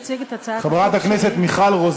אבל אמורה להשיב שרת המשפטים חברת הכנסת איילת